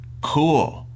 cool